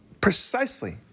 precisely